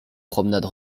promenade